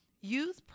use